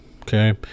Okay